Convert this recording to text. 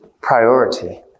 priority